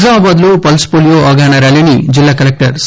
నిజామాబాద్ లో pulse polio అవగాహనా ర్యాలీని జిల్లా కలెక్టర్ సి